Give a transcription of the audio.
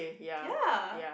ya